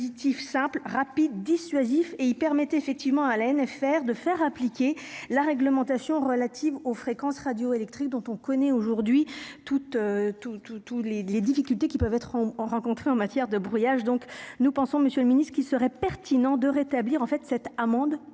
c'était un dispositif simple rapide dissuasif et il permettait effectivement à la et faire de faire appliquer la réglementation relative aux fréquences radioélectriques dont on connaît aujourd'hui toutes tous tous tous les les difficultés qui peuvent être en ont rencontré en matière de brouillage, donc nous pensons Monsieur le Ministre, qu'il serait pertinent de rétablir en fait cette amende